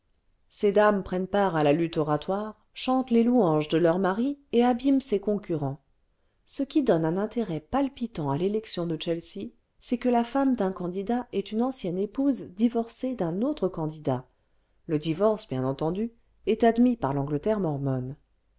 ces dames prennent part à la lutte oratoire chantent les louanges de leur mari et abîment ses concurrents ce qui donné un intérêt palpitant à l'élection de chelsea c'est que la femme d'un candidat est une ancienne épouse divorcée d'un autre candidat le divorce